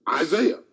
Isaiah